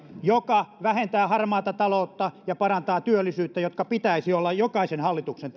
joka vähentää harmaata taloutta ja parantaa työllisyyttä joiden pitäisi olla jokaisen hallituksen